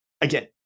again